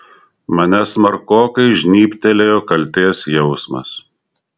mane smarkokai žnybtelėjo kaltės jausmas